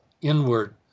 inward